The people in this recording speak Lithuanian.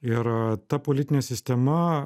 ir ta politinė sistema